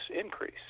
increase